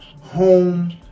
Home